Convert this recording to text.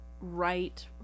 right